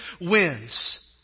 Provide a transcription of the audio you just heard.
wins